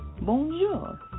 Bonjour